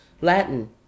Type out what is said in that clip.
Latin